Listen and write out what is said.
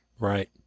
Right